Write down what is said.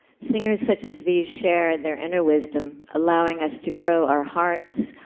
singers such as these share their inner wisdom, allowing us to grow our hearts,